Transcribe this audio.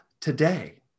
today